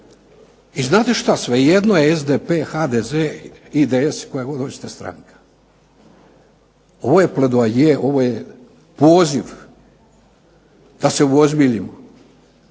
I znate šta, svejedno je SDP, HDZ, IDS i koja god hoćete stranka, ovo je …/Govornik se ne razumije./…, ovo je poziv da se uozbiljimo,